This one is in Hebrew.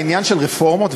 העניין של רפורמות,